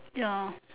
ya